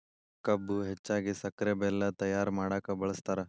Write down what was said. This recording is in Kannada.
ಕಬ್ಬು ಹೆಚ್ಚಾಗಿ ಸಕ್ರೆ ಬೆಲ್ಲ ತಯ್ಯಾರ ಮಾಡಕ ಬಳ್ಸತಾರ